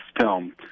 film